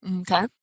Okay